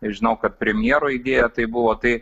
žinau kad premjero idėja tai buvo tai